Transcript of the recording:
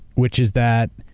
which is that,